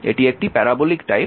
এটি একটি parabolic type